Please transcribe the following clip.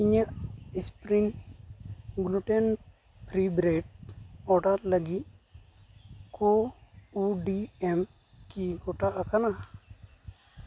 ᱤᱧᱟᱹᱜ spring gluten free bread order ᱞᱟᱹᱜᱤᱫ ᱠᱟᱣᱰᱤ ᱮᱢ ᱠᱤ ᱜᱚᱴᱟ ᱟᱠᱟᱱᱟ